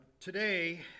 Today